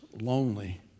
lonely